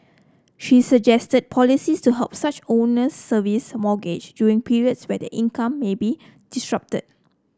she suggested policies to help such owners service mortgage during periods where their income may be disrupted